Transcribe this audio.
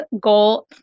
goal